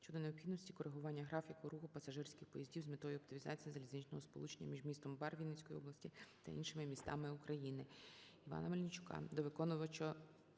щодо необхідності коригування графіку руху пасажирських поїздів з метою оптимізації залізничного сполучення між містом Бар Вінницької області та іншими містами України.